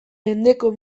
mendeko